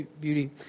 beauty